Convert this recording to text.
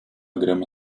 grama